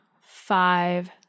five